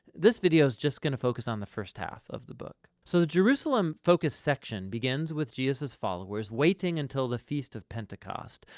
this video is just going to focus on the first half of the book, so jerusalem focus section begins with jesus' followers waiting until the feast of pentecost,